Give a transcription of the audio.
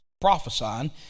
prophesying